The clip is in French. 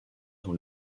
dans